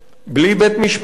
בלי בית-משפט,